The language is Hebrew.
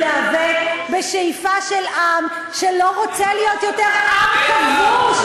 להיאבק בשאיפה של עם שלא רוצה להיות יותר עם כבוש.